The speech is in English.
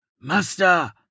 Master